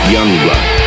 Youngblood